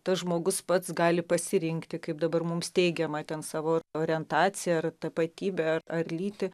tas žmogus pats gali pasirinkti kaip dabar mums teigiama ten savo orientaciją ar tapatybę ar lytį